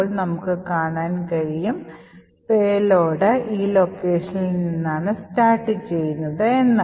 അപ്പോൾ നമുക്ക് കാണാൻ കഴിയും പേലോഡ് ഈ ലൊക്കേഷനിൽ നിന്നാണ് സ്റ്റാർട്ട് ചെയ്യുന്നത് എന്ന്